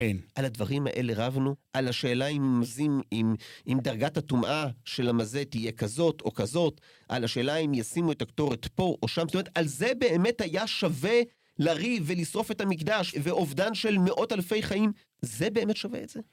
על הדברים האלה רבנו, על השאלה אם עם דרגת הטומעה של המזה תהיה כזאת או כזאת, על השאלה אם ישימו את הקטורת פה או שם, זאת אומרת, על זה באמת היה שווה לריב לשרוף את המקדש ואובדן של מאות אלפי חיים? זה באמת שווה את זה?